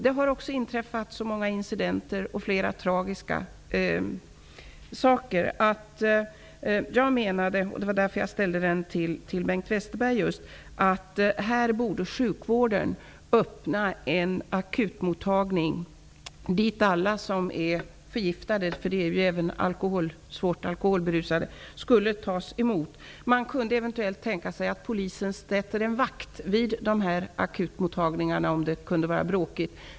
Det har inträffat så många incidenter och tragiska saker att sjukvården borde öppna en akutmottagning där alla som är förgiftade -- det gäller ju även svårt alkoholberusade personer -- skulle tas emot. Det var därför jag ställde frågan till Man kan eventuellt tänka sig att polisen sätter en vakt vid dessa akutmottagningar om det skulle vara bråkigt.